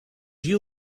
you